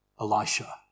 Elisha